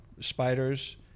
spiders